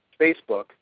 Facebook